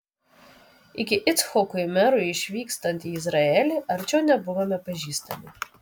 iki icchokui merui išvykstant į izraelį arčiau nebuvome pažįstami